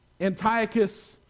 Antiochus